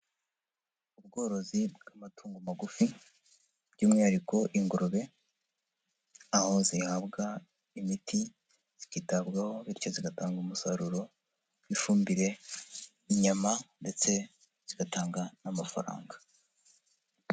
Ubworozi bw'amatungo magufi by'umwihariko ingurube, aho zihabwa imiti zikitabwaho bityo zigatanga umusaruro w'ifumbire, inyama ndetse zigatanga n'amafaranga.